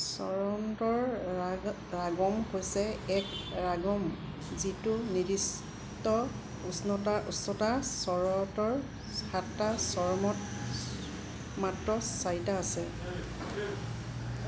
স্বৰন্তৰ ৰাগ ৰাগম হৈছে এক ৰাগম যিটোৰ নিৰ্দিষ্ট উষ্ণতা উচ্চতা স্বৰতৰ সাতটা স্বৰমত মাত্ৰ চাৰিটা আছে